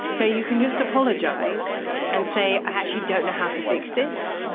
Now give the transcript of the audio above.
no, you can just apologise and say, i actually don't know how to fix this.